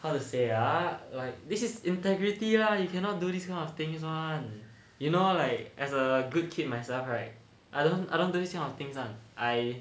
how to say ah like this is integrity ah you cannot do this kind of things [one] you know like as a good kid myself right I don't I don't do this kind of things [one] I